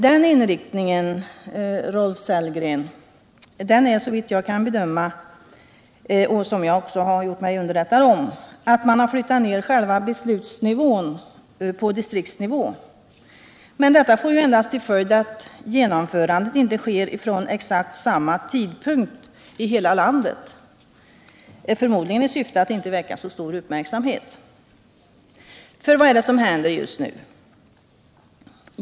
Den inriktningen innebär, såvitt jag kan bedöma och efter vad jag har gjort mig underrättad om, att man har flyttat ner själva beslutsnivån till distriktsnivå. Det får endast till följd att genomförandet inte sker på exakt samma tidpunkt över hela landet, och det är förmodligen i syfte att inte väcka så stor uppmärksamhet. Vad är det som händer just nu?